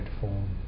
form